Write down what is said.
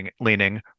leaning